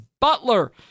Butler